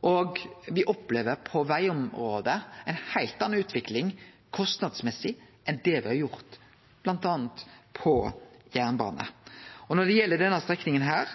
og me opplever på vegområdet ei heilt anna utvikling kostnadsmessig enn det me har gjort bl.a. på jernbane. Når det gjeld denne strekninga,